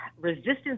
resistance